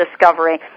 discovery